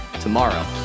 tomorrow